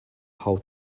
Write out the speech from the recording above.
how